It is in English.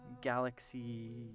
galaxy